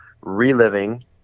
reliving